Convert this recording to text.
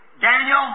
Daniel